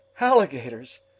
Alligators